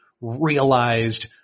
realized